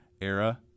era